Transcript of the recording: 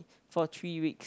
for three weeks